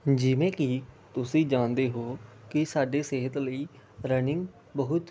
ਜਿਵੇਂ ਕਿ ਤੁਸੀਂ ਜਾਣਦੇ ਹੋ ਕਿ ਸਾਡੇ ਸਿਹਤ ਲਈ ਰਨਿੰਗ ਬਹੁਤ